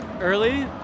early